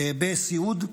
בסיעוד,